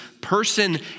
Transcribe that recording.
person